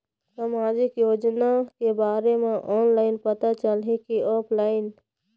सामाजिक योजना के बारे मा ऑनलाइन पता चलही की ऑफलाइन?